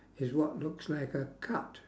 is what looks like a cut